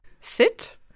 Sit